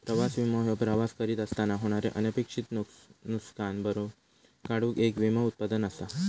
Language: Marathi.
प्रवास विमो ह्यो प्रवास करीत असताना होणारे अनपेक्षित नुसकान भरून काढूक येक विमो उत्पादन असा